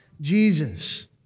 Jesus